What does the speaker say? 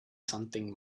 something